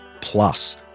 plus